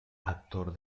actor